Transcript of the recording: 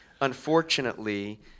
unfortunately –